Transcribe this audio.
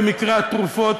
במקרה התרופות,